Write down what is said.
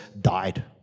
died